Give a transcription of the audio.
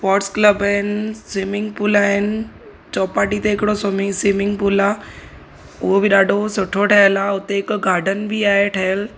sports club आहिनि swimming pool आहिनि चौपाटी ते हिकिड़ो स्विमि स्विमिंग पूल आहे उहो बि ॾाढो सुठो ठहियल आहे हुते हिकु गार्डन बि आहे ठहियलु